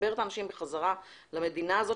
לחבר את האנשים בחזרה למדינה הזאת,